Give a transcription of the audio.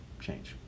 change